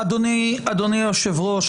אדוני היושב-ראש,